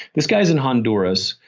this guy's in honduras,